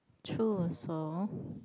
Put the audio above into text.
true also